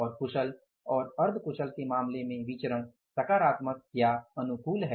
और कुशल और अर्ध कुशल के मामले में विचरण सकारात्मक या अनुकूल है